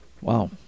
Wow